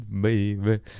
baby